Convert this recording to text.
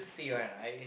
think right I think